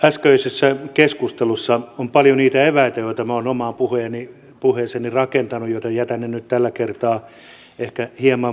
äskeisessä keskustelussa oli paljon niitä eväitä joita minä olen omaan puheeseeni rakentanut joten jätän ne nyt tällä kertaa ehkä hieman vähemmälle